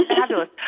fabulous